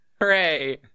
Hooray